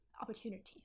opportunities